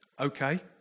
okay